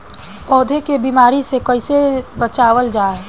पौधा के बीमारी से कइसे बचावल जा?